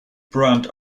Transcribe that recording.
brand